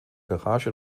garage